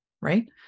right